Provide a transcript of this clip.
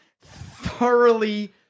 thoroughly